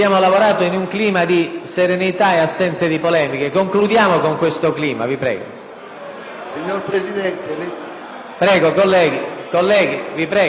Colleghi, vi prego, siamo ormai al termine, a pochi minuti dalla conclusione della seduta e spero anche dall'esame